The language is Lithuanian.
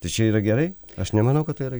tai čia yra gerai aš nemanau kad tai yrai